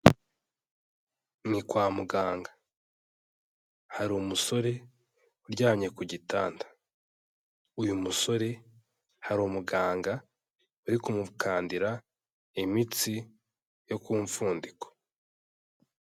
Ni kwa muganga, hari umusore uryamye ku gitanda, uyu musore hari umuganga uri kumukandira imitsi yo ku mfundiko.